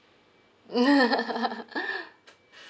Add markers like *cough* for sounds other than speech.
*laughs*